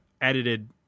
edited